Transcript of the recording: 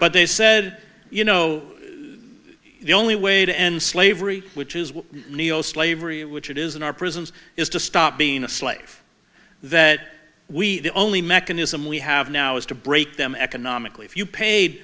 but they said you know the only way to end slavery which is what neo slavery which it is in our prisons is to stop being a slave that we the only mechanism we have now is to break them economically if you paid